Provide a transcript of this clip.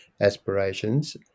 aspirations